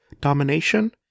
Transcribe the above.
domination